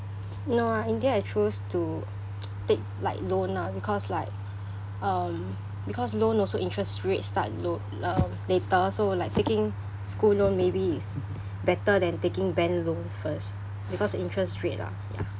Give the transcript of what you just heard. no ah in the end I chose to take like loan lah because like um because loan also interest rate start lo~ uh later so like taking school loan maybe is better than taking bank loan first because interest rate lah ya